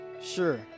Sure